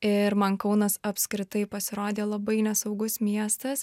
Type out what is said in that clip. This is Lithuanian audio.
ir man kaunas apskritai pasirodė labai nesaugus miestas